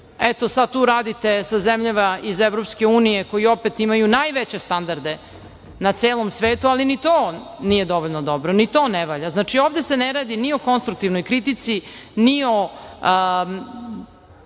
eto, sad tu radite sa zemljama iz EU koji opet imaju najveće standarde na celom svetu, ali ni to nije dovoljno dobro, ni to ne valja. Znači, ovde se ne radi ni o konstruktivnoj kritici, ni o